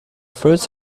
fruits